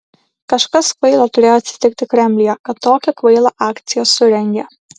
kažkas kvailo turėjo atsitiki kremliuje kad tokią kvailą akciją surengė